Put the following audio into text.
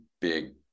big